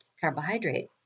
carbohydrate